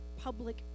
public